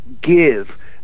Give